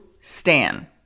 Stan